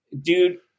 dude